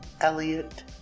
Elliot